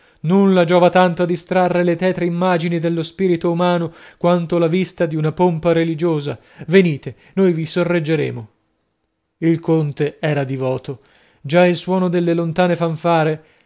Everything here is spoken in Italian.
nulla giova tanto a distrarre le tetre immagini dallo spirito umano quanto la vista dì una pompa religiosa venite noi vi sorreggeremo il conte era divoto già il suono delle lontane fanfare